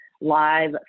live